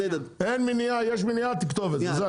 יש מניעה, אין מניעה תכתוב את זה.